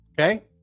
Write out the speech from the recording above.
Okay